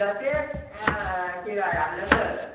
कतेक अएँ किराया लेतै